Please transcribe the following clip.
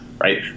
right